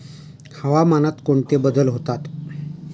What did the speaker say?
हवामानात कोणते बदल होतात?